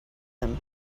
them